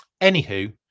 Anywho